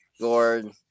Gord